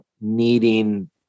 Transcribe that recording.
needing